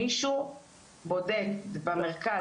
מקבל את הטיפול?